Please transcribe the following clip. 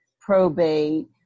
probate